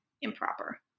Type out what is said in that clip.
improper